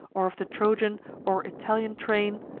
or of the trojan or italian train,